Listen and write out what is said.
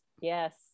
yes